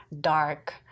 dark